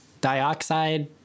dioxide